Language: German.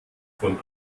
von